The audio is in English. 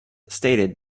stated